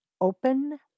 Open